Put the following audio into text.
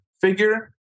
figure